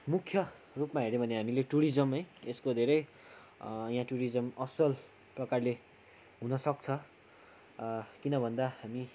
मुख्य रूपमा हेऱ्यो भने हामीले टुरिजम है यसको धेरै यहाँ टुरिजम असल प्रकारले हुन सक्छ किनभन्दा हामी